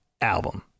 album